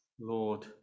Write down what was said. lord